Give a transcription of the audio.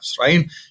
right